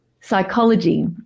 psychology